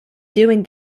doing